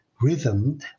rhythm